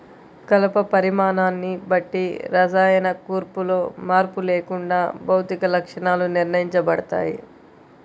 కలప పరిమాణాన్ని బట్టి రసాయన కూర్పులో మార్పు లేకుండా భౌతిక లక్షణాలు నిర్ణయించబడతాయి